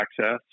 access